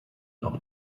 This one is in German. auch